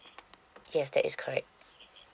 yes that is correct